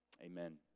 Amen